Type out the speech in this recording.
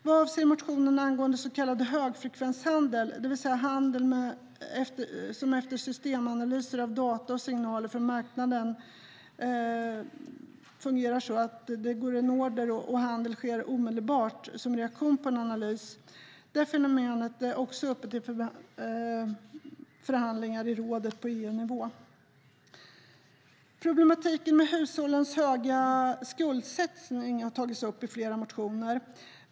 Vad avser motionen angående så kallad högfrekvenshandel, det vill säga handel efter systemanalyser av data och signaler från marknaden, varpå order och handel sker omedelbart som reaktion på en analys, är fenomenet uppe till förhandlingar i rådet på EU-nivå. Problemen med hushållens höga skuldsättning har tagits upp i flera motioner.